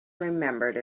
remembered